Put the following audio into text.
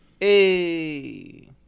Hey